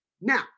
Now